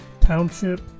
township